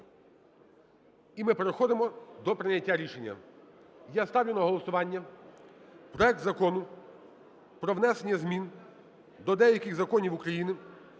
І ми переходимо до прийняття рішення. Я ставлю на голосування проект Закону про внесення змін до деяких Законів України